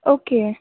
okay